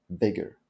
bigger